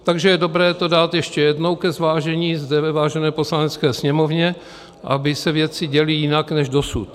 Takže je dobré to dát ještě jednou ke zvážení zde ve vážené Poslanecké sněmovně, aby se věci děly jinak než dosud.